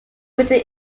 within